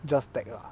just technology lah